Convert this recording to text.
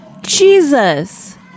Jesus